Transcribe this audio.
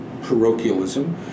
parochialism